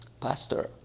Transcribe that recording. Pastor